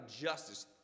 justice